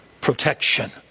protection